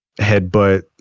headbutt